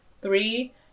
Three